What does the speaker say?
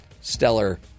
stellar